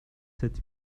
sept